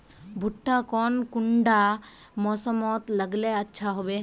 भुट्टा कौन कुंडा मोसमोत लगले अच्छा होबे?